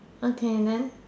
okay then